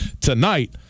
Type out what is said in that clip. tonight